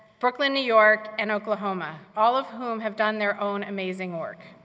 brooklyn, new york, and oklahoma, all of whom have done their own amazing work.